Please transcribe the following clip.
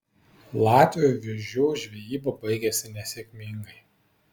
latviui vėžių žvejyba baigėsi nesėkmingai